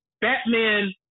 Batman